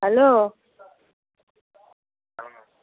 hello